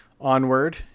onward